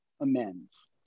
amends